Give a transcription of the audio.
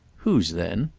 whose then?